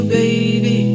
baby